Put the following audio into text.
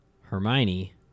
Hermione